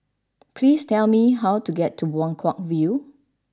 please tell me how to get to Buangkok View